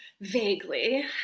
Vaguely